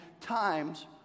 times